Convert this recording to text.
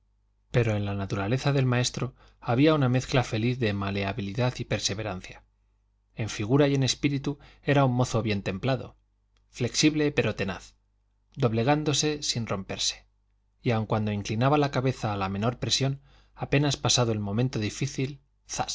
pero en la naturaleza del maestro había una mezcla feliz de maleabilidad y perseverancia en figura y en espíritu era un mozo bien templado flexible pero tenaz doblegándose sin romperse y aun cuando inclinaba la cabeza a la menor presión apenas pasado el momento difícil